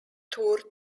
tour